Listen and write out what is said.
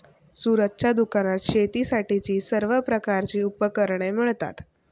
सूरजच्या दुकानात शेतीसाठीची सर्व प्रकारची उपकरणे मिळतात